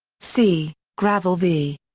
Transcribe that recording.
see, gravel v.